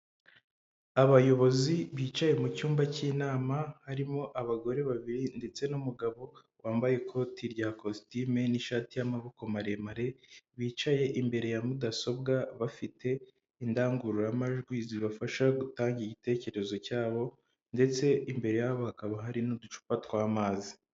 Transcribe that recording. Abayobozi bicaye mu cyumba cy'inama harimo abagore babiri ndetse n'umugabo wambaye ikoti rya kositime n'ishati y'amaboko maremare, bicaye imbere ya mudasobwa bafite indangururamajwi zibafasha gutanga igitekerezo cyabo ndetse imbere yabo hakaba hari n'uducupa tw'amazi.